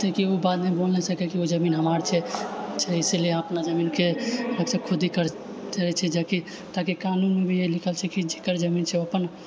ताकि ओ आदमी बोल नहि सकै की ओ जमीन हमार छै तऽ इसीलिए अपना जमीनके हमसब खुद ही करै छियै जाकि ताकि कानून भी यही लिखल छै जकर जमीन छै अपन